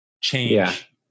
change